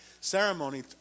ceremony